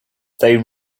they